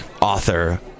Author